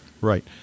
right